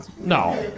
No